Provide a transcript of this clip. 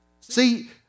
See